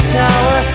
tower